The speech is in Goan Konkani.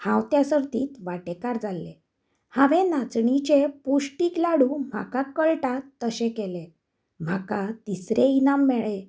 हांव त्या सर्तींत वांटेकार जाल्ले हांवें नाचणीचें पोश्टीक लाडू म्हाका कळटा तशें केलें म्हाका तिसरें इनाम मेळ्ळें